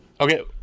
Okay